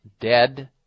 Dead